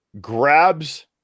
grabs